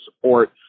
support